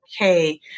okay